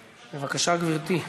בבקשה, גברתי.